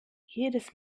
jedes